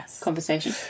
conversation